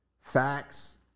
facts